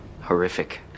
Horrific